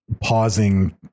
pausing